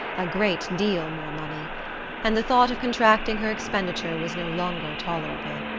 a great deal more money and the thought of contracting her expenditure was no longer tolerable.